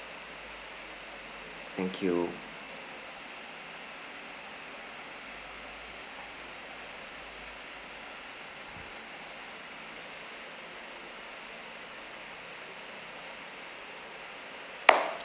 thank you